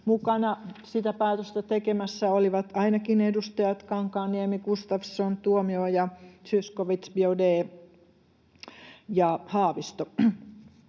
mukana sitä päätöstä tekemässä olivat ainakin edustajat Kankaanniemi, Gustafsson, Tuomioja, Zyskowicz, Biaudet ja Haavisto.